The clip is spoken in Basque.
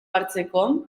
hartzeko